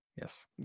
Yes